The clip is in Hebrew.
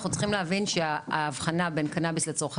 אנחנו צריכים להבין שההבחנה בין קנביס לצרכי